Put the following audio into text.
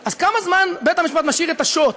אז כמה זמן בית-המשפט משאיר את השוט